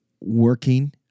working